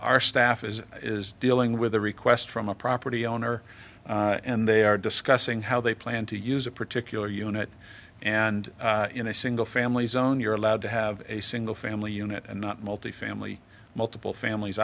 our staff is is dealing with a request from a property owner and they are discussing how they plan to use a particular unit and in a single family zone you're allowed to have a single family unit and not multifamily multiple families